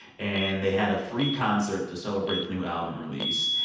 and they had a free concert to celebrate the new album release.